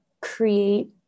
create